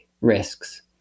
risks